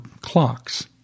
clocks